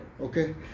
Okay